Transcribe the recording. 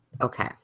Okay